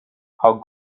how